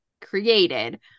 created